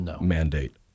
mandate